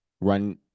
run